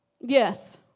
Yes